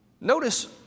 Notice